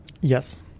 Yes